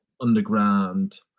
underground